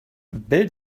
bill